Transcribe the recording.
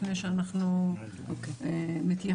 לפני שאנחנו מתייחסים,